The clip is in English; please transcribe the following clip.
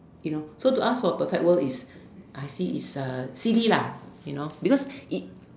you know to ask for a perfect world I see it's a silly lah you know because it